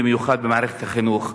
במיוחד במערכת החינוך.